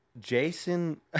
Jason